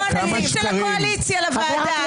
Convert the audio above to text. איפה הנציג של הקואליציה לוועדה?